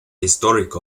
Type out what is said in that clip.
histórica